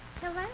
Hello